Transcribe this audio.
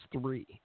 three